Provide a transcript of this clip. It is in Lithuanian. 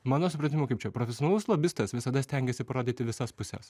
mano supratimu kaip čia profesionalus lobistas visada stengiasi parodyti visas puses